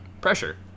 pressure